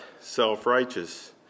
self-righteous